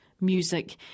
music